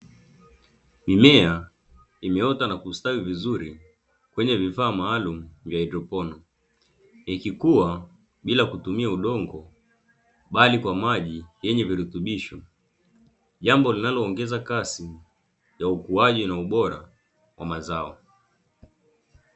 Mimea imeota na kustawi vizuri kwenye vifaa maalumu vya haidropono, ikikua bila kutumia udongo bali kwa maji yenye virutubisho, jambo linaloongeza kasi ya ukuaji na ubora wa mazao.